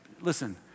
listen